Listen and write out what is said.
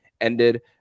ended